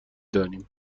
دانیم